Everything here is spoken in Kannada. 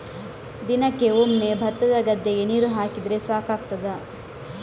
ದಿನಕ್ಕೆ ಒಮ್ಮೆ ಭತ್ತದ ಗದ್ದೆಗೆ ನೀರು ಹಾಕಿದ್ರೆ ಸಾಕಾಗ್ತದ?